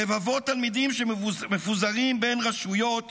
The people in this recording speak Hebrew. רבבות תלמידים שמפוזרים בין רשויות